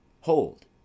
Hold